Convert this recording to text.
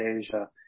Asia